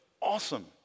Awesome